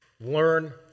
learn